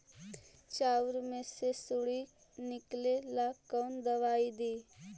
चाउर में से सुंडी निकले ला कौन दवाई दी?